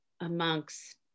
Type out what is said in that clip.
amongst